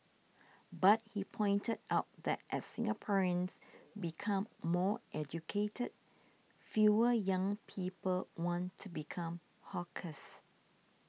but he pointed out that as Singaporeans become more educated fewer young people want to become hawkers